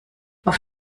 auf